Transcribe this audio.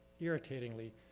irritatingly